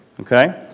Okay